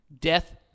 death